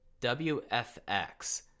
WFX